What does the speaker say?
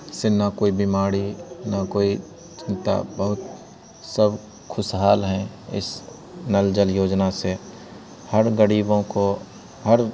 इससे ना कोई बीमारी ना कोई चिंता बहुत सब खुशहाल हैं इस नल जल योजना से हर गरीबों को हर